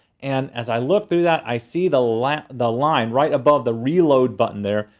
and as i look through that, i see the line the line right above the reload button there.